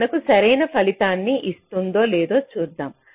ఇది మనకు సరైన ఫలితాన్ని ఇస్తుందో లేదో చూద్దాం